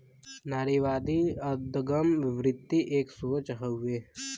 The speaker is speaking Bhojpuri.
नारीवादी अदगम वृत्ति एक सोच हउए